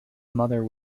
mother